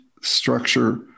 structure